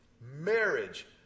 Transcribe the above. Marriage